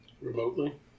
Remotely